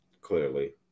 Clearly